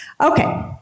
Okay